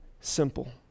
simple